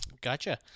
Gotcha